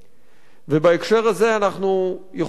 ובהקשר הזה אנחנו יכולים לומר